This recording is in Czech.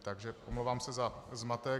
Takže omlouvám se za zmatek.